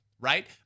right